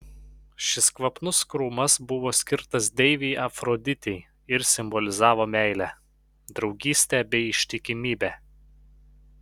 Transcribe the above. šis kvapus krūmas buvo skirtas deivei afroditei ir simbolizavo meilę draugystę bei ištikimybę